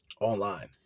Online